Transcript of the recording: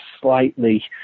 slightly